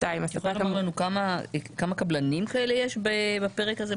את יכולה לומר לנו כמה קבלנים כאלה יש בפרק הזה?